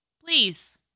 Please